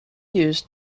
used